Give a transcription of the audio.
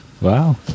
Wow